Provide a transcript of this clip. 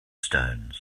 stones